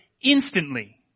instantly